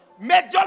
Major